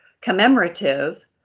commemorative